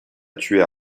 tuer